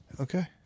Okay